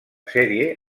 sèrie